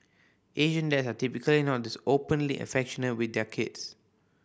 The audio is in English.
Asian dad are typically not this openly affectionate with their kids